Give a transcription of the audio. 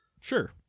sure